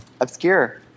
Obscure